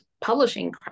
publishing